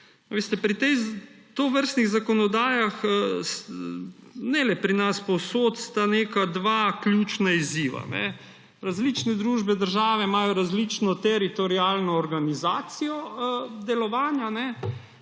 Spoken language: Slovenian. Veste, pri tovrstnih zakonodajah, ne le pri nas, povsod, sta dva ključna izziva. Različne družbe, države imajo različno teritorialno organizacijo delovanja.